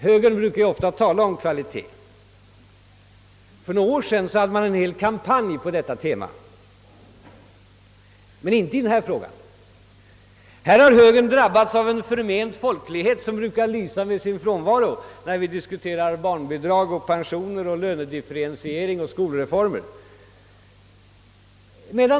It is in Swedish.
Högern brukar ju ofta tala om kvalitet, och för några år sedan hade man en hel kampanj på detta tema, men inte i denna fråga. Här har högern drabbats av en förment folklighet, som brukar lysa med sin frånvaro när vi diskuterar barnbidrag, pensioner, lönedifferentiering och skolreformer.